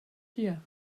here